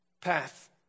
path